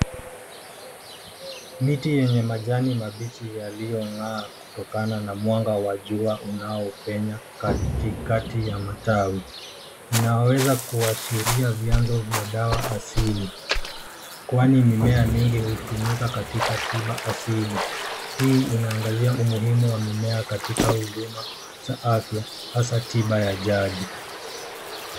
Miti yenye majani mabichi yaliyong'aa kutokana na mwanga wa jua unaopenya katikati ya matawi. Inaweza kuashiria vianzo vya dawa asili, kwani mimea mingi hutumika katika tiba asili. Hii inaangazia umuhimu wa mimea katika huduma za afya hasa tiba ya jadi.